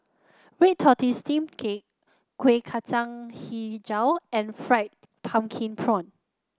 Red Tortoise Steamed Cake Kueh Kacang hijau and fried pumpkin prawn